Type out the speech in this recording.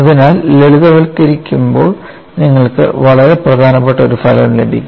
അതിനാൽ ലളിതവൽക്കരിക്കുമ്പോൾ നിങ്ങൾക്ക് വളരെ പ്രധാനപ്പെട്ട ഒരു ഫലം ലഭിക്കും